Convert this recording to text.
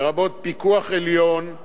לרבות פיקוח עליון,